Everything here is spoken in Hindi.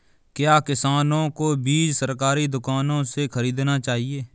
क्या किसानों को बीज सरकारी दुकानों से खरीदना चाहिए?